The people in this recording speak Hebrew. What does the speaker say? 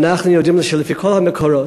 ואנחנו יודעים שלפי כל המקורות,